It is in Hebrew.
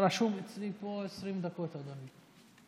רשום אצלי פה 20 דקות, אדוני.